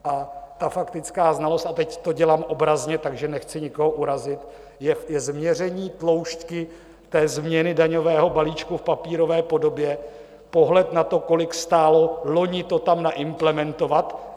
A ta faktická znalost a teď to dělám obrazně, takže nechci nikoho urazit je změření tloušťky té změny daňového balíčku v papírové podobě, pohled na to, kolik stálo loni to tam naimplementovat.